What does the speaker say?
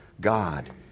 God